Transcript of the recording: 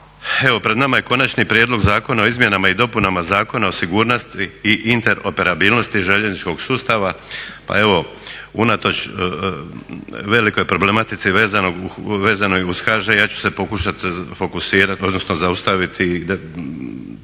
pred nama je konačni prijedlog Zakona o izmjenama i dopunama Zakona o sigurnosti i interoperabilnost željezničkog sustava. Pa evo unatoč velikoj problematici vezanoj uz HŽ ja ću se pokušati fokusirati